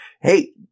hey